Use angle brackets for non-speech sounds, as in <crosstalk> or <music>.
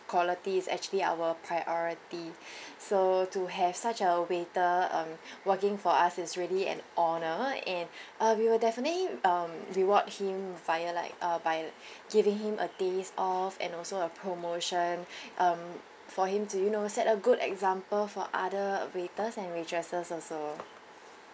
quality is actually our priority <breath> so to have such a waiter um working for us is really an honour and uh we will definitely um reward him via like uh by giving him a day's off and also a promotion <breath> um for him to you know set a good example for other waiters and waitresses also